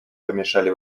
помешали